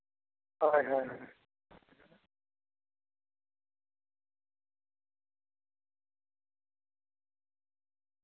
ᱦᱳᱭ ᱦᱳᱭ ᱦᱳᱭ